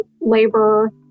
labor